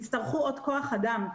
יצטרכו עוד כוח אדם.